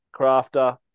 Crafter